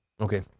Okay